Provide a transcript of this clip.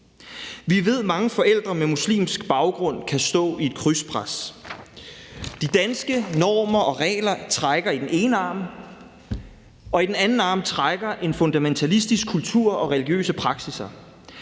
Vi ved, at mange forældre med muslimsk baggrund kan stå i et krydspres. De danske normer og regler trækker i den ene arm, og i den anden arm trækker en fundamentalistisk kultur og religiøse praksisser.